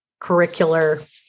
curricular